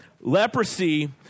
leprosy